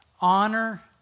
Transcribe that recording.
honor